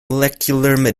medicinal